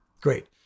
Great